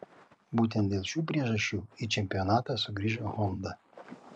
būtent dėl šių priežasčių į čempionatą sugrįš honda